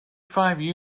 five